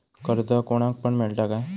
कर्ज कोणाक पण मेलता काय?